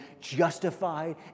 justified